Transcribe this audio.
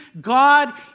God